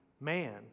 man